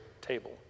table